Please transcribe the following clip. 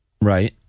Right